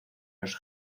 los